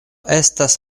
estas